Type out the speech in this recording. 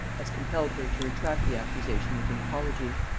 as compelled her to retract the accusation with an apology.